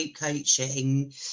coaching